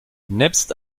nebst